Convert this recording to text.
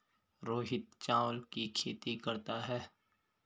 रोहित चावल की खेती करता है